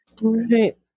right